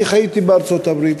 אני חייתי בארצות-הברית,